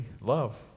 love